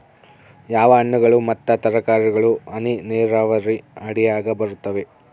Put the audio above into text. ಯಾವ ಹಣ್ಣುಗಳು ಮತ್ತು ತರಕಾರಿಗಳು ಹನಿ ನೇರಾವರಿ ಅಡಿಯಾಗ ಬರುತ್ತವೆ?